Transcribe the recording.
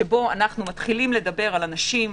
שבו אנו מתחילים לדבר על אנשים